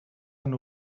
han